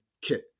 kit